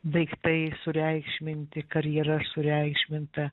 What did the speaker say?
daiktai sureikšminti karjera sureikšminta